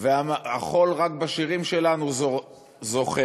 והחול רק בשירים שלנו זוכר.